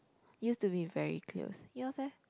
used to be very close yours leh